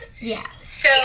Yes